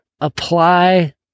apply